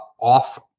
off